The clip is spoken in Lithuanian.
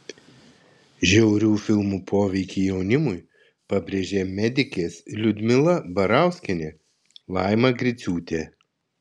žiaurių filmų poveikį jaunimui pabrėžė medikės liudmila barauskienė laima griciūtė